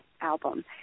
album